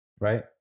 Right